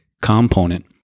component